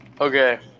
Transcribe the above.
Okay